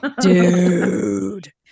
Dude